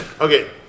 Okay